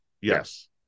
yes